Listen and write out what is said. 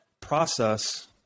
process